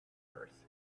earth